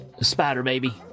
Spider-Baby